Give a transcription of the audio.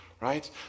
right